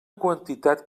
quantitat